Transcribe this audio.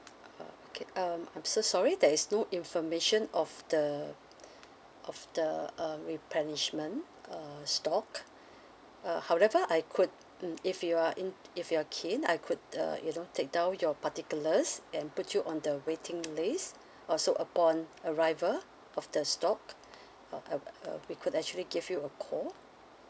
oh okay um I'm so sorry there is no information of the of the uh replenishment uh stock uh however I could mm if you are in~ if you're keen I could uh you know take down your particulars and put you on the waiting list uh so upon arrival of the stock uh I will we could actually give you a call